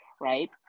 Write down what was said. right